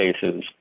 cases